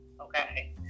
okay